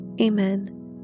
Amen